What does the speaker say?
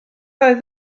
oedd